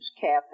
Cafe